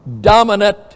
dominant